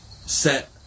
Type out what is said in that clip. set